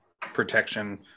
protection